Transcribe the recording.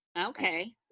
Okay